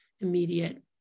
immediate